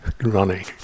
running